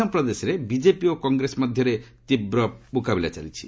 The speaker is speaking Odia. ମଧ୍ୟପ୍ରଦେଶରେ ବିଜେପି ଓ କଂଗ୍ରେସ ମଧ୍ୟରେ ତୀବ୍ର ମୁକାବିଲା ଚାଲିଛି